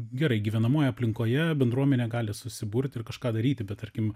gerai gyvenamojoje aplinkoje bendruomenė gali susiburti ir kažką daryti bet tarkim